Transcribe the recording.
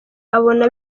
abona